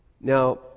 Now